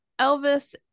Elvis